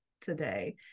today